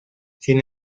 sin